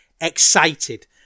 excited